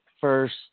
first